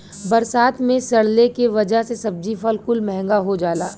बरसात मे सड़ले के वजह से सब्जी फल कुल महंगा हो जाला